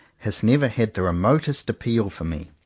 has never had the remotest appeal for me.